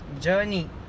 journey